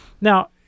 Now